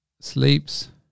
sleeps